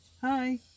Hi